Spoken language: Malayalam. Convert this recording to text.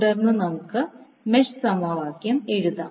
തുടർന്ന് നമുക്ക് മെഷ് സമവാക്യം എഴുതാം